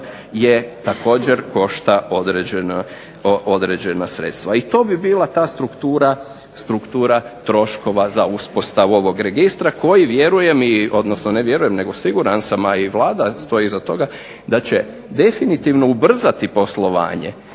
je također košta određena sredstava. I to bi bila ta struktura troškova za uspostavu ovog registra koji vjerujem, odnosno ne vjerujem nego siguran sam, a i Vlada stoji iza toga da će definitivno ubrzati poslovanje